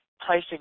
pricing